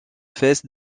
fesses